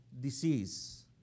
disease